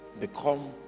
become